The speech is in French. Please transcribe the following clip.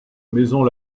maisons